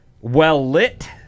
well-lit